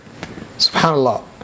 SubhanAllah